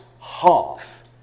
half